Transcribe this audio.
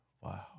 Wow